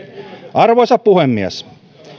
arvoisa puhemies